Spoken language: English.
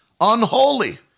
Unholy